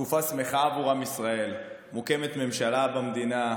תקופה שמחה עבור עם ישראל, מוקמת ממשלה במדינה,